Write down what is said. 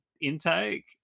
intake